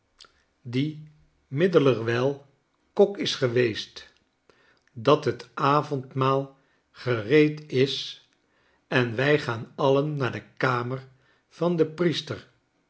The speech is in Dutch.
dat het avondmaal gereed is en wij gaan alien naar de kamer van den priester